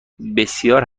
بسیار